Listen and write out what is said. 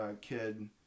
kid